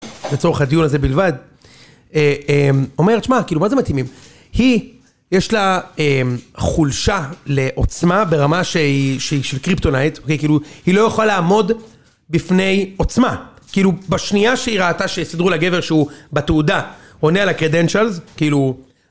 לצורך הדיון הזה בלבד אומרת שמע כאילו מה זה מתאימים, היא יש לה חולשה לעוצמה ברמה שהיא של קריפטונייט, אוקיי כאילו, היא לא יכולה לעמוד בפני עוצמה. כאילו בשנייה שהיא ראתה שסידרו לה גבר שהוא בתעודה עונה על הCredintials, כאילו,